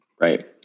right